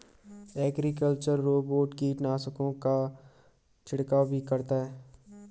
agricultural robot कीटनाशकों का छिड़काव भी करता है